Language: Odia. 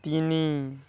ତିନି